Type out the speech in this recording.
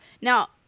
Now